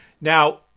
Now